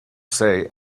say